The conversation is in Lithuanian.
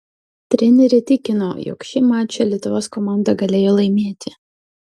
trenerė tikino jog šį mačą lietuvos komanda galėjo laimėti